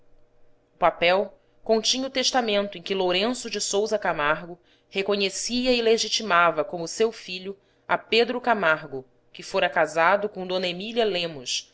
papel continha o testamento em que lourenço de sousa camargo reconhecia e legitimava como seu filho a pedro camargo que fora casado com d emília lemos